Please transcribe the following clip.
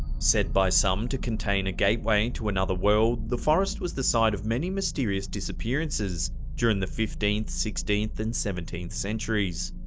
said by some to contain a gateway to another world, the forest was the site of many mysterious disappearances, during the fifteenth, sixteen and seventeen centuries.